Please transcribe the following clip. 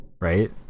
right